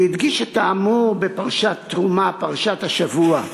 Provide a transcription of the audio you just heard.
הוא הדגיש את האמור בפרשת תרומה, פרשת השבוע,